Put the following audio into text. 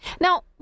Now